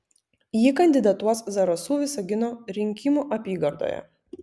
ji kandidatuos zarasų visagino rinkimų apygardoje